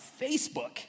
Facebook